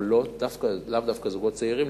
או לאו דווקא לזוגות צעירים,